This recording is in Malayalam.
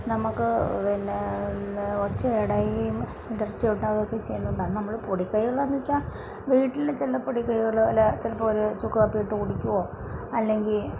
നമുക്ക് പിന്നെ പിന്നെ ഒച്ച അടയും ഇടർച്ച ഉണ്ടാവുവൊക്കെ ചെയ്യുന്നുണ്ട് അത് നമ്മൾ പൊടിക്കൈകൾ എന്ന് വെച്ചാൽ വീട്ടിൽ ചില പൊടിക്കൈകൾ അല്ലെങ്കിൽ ചിലപ്പോൾ ഒരു ചുക്കു കാപ്പി ഇട്ട് കുടിക്കുവോ അല്ലെങ്കിൽ